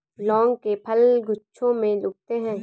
लौंग के फल गुच्छों में उगते हैं